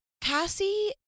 Cassie